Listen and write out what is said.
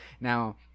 Now